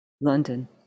London